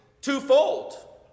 twofold